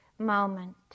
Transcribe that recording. moment